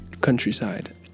countryside